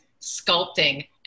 sculpting